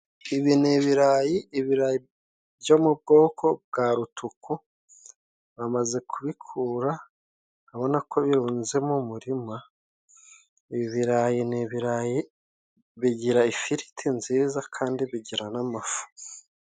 Ibi ni ibirayi, ibirayi byo mu bwoko bwa rutuku bamaze kubikura urabona ko birunze mu murima ibirayi ni ibirayi bigira ifiriti nziza kandi bigira n'amafu.